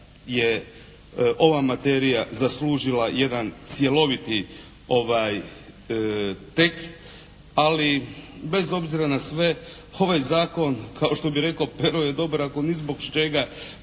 je ova materija zaslužila jedan cjeloviti tekst, ali bez obzira na sve ovaj zakon kao što bi rekao Pero, je dobar ako ni zbog čega